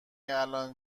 الان